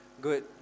Good